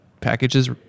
packages